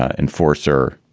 ah enforcer,